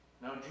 Now